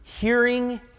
Hearing